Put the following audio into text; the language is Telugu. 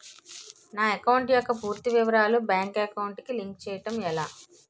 నా అకౌంట్ యెక్క పూర్తి వివరాలు బ్యాంక్ అకౌంట్ కి లింక్ చేయడం ఎలా?